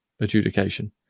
adjudication